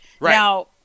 Now